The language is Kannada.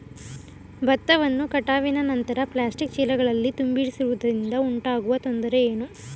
ಭತ್ತವನ್ನು ಕಟಾವಿನ ನಂತರ ಪ್ಲಾಸ್ಟಿಕ್ ಚೀಲಗಳಲ್ಲಿ ತುಂಬಿಸಿಡುವುದರಿಂದ ಉಂಟಾಗುವ ತೊಂದರೆ ಏನು?